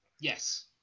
Yes